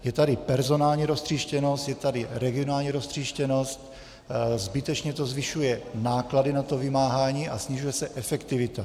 Je tady personální roztříštěnost, je tady regionální roztříštěnost, zbytečně to zvyšuje náklady na vymáhání a snižuje se efektivita.